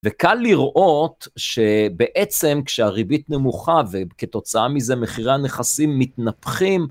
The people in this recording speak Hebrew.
וקל לראות שבעצם כשהריבית נמוכה וכתוצאה מזה מחירי הנכסים מתנפחים...